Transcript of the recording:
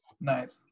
nice